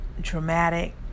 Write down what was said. dramatic